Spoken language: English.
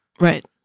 right